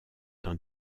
dans